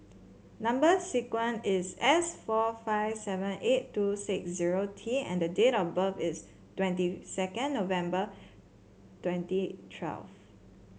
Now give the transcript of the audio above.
number sequence is S four five seven eight two six zero T and the date of birth is twenty second November twenty twelve